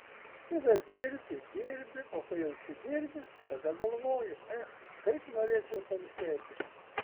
tada dirbi dirbi o kai jau užsidirbi tada galvoji ech kaip norėčiau pailsėti